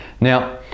Now